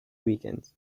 weekends